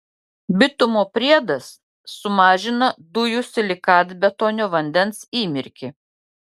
bitumo priedas sumažina dujų silikatbetonio vandens įmirkį